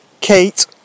Kate